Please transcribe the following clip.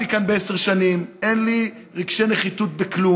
אין לו ציבור,